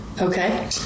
Okay